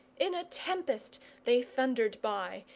in a tempest they thundered by,